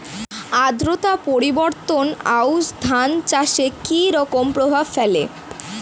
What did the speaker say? আদ্রতা পরিবর্তন আউশ ধান চাষে কি রকম প্রভাব ফেলে?